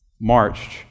marched